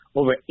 over